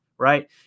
right